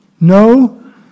No